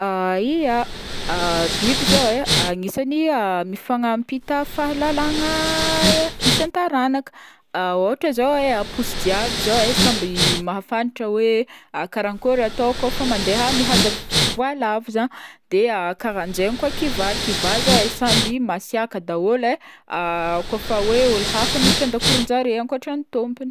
Ya biby zao e agnisan'ny mifagnampita faha lalagna isan-taranaka, ôhatra zao e posy jiaby zao e samby mahafantatra zao hoe karaha akory atao kaofa mande mihaza voalavo zagny, de karaha zegny koa kivà, kivà zao e samby masiaka daholo e kaofa ôlo hafa miditra an-dakoronjareo ankotran'ny tômpony.